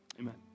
Amen